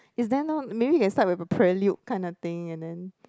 is there not maybe inside we have a prelude kind of thing and then